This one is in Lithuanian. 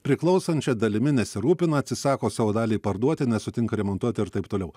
priklausančią dalimi nesirūpina atsisako savo dalį parduoti nesutinka remontuoti ir taip toliau